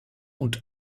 und